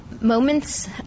moments